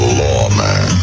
lawman